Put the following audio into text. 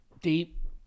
deep